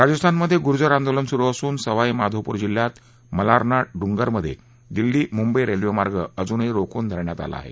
राजस्थानमधे गुर्जर आंदोलन सुरु असून सवाई माधोपूर जिल्ह्यात मलारना डूंगरमधे दिल्ली मुंबई रेल्वे मार्ग अजूनही रोखून धरण्यात आला आहे